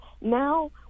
now